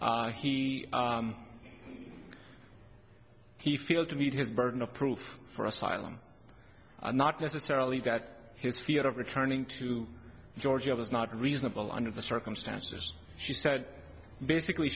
he he feel to meet his burden of proof for asylum and not necessarily that his fear of returning to georgia was not reasonable under the circumstances she said basically